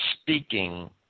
speaking